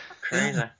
Crazy